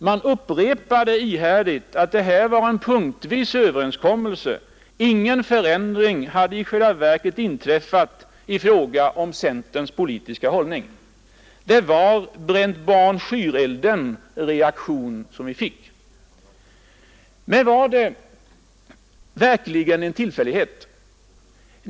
Man upprepade ihärdigt att det här var en punktöverenskommelse; ingen förändring hade i själva verket inträffat i fråga om centerns politiska hållning. Det var en ”bränt barn skyr elden-reaktion”. Men var det verkligen en tillfällighet?